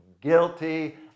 guilty